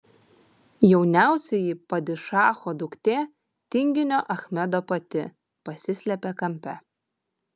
jauniausioji padišacho duktė tinginio achmedo pati pasislėpė kampe